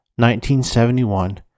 1971